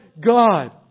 God